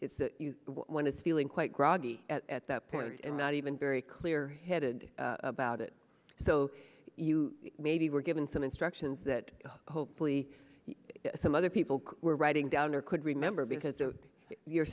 it's when it's feeling quite groggy at that point and not even very clear headed about it so you may be were given some instructions that hopefully some other people were writing down or could remember because a your